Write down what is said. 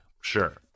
Sure